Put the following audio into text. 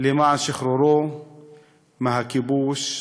למען שחרורו מהכיבוש הארור.